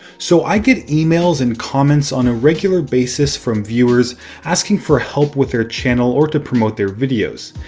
so i get emails and comments on a regular basis from viewers asking for help with their channel or to promote their videos.